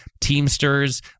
teamsters